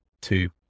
two